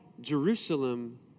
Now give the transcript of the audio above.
Jerusalem